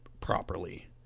properly